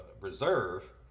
reserve